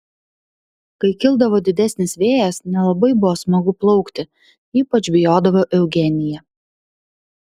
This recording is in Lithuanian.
kai kildavo didesnis vėjas nelabai buvo smagu plaukti ypač bijodavo eugenija